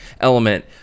element